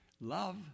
love